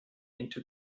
into